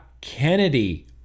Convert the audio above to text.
Kennedy